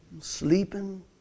sleeping